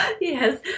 yes